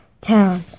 town